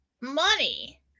money